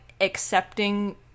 accepting